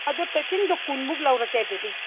ꯑꯗꯨ ꯄꯦꯛꯀꯤꯡꯗꯣ ꯀꯨꯟꯃꯨꯛ ꯂꯧꯔꯛꯒꯦ ꯑꯗꯨꯗꯤ